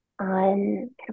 on